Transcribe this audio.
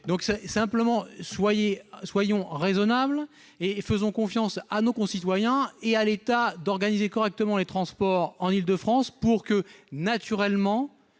ou du temps ! Soyons raisonnables, et faisons confiance à nos concitoyens ! À l'État d'organiser correctement les transports en Île-de-France pour que chacun